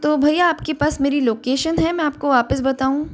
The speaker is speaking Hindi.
तो भैया आपके पास मेरी लोकेशन है मैं आपको वापस बताऊँ